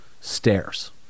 stairs